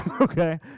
Okay